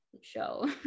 show